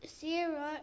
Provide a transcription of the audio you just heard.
Sarah